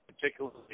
particularly